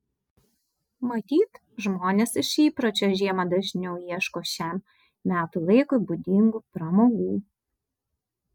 matyt žmonės iš įpročio žiemą dažniau ieško šiam metų laikui būdingų pramogų